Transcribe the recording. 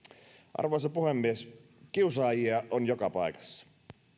arvoisa puhemies kiusaajia on joka paikassa